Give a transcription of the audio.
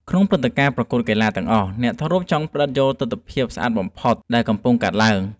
ក្នុងព្រឹត្តិការណ៍ ប្រកួតកីឡាទាំងអស់ អ្នកថតរូបចង់ផ្តិតយកទិដ្ឋភាពស្អាតបំផុតដែលកំពុងកើតឡើង។